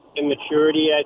immaturity